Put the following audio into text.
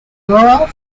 rural